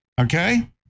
Okay